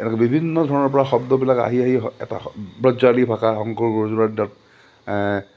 এনেকৈ বিভিন্ন ধৰণৰপৰা শব্দবিলাক আহি আহি এটা ব্ৰজাৱলী ভাষা শংকৰ গুৰুজনাৰ দিনত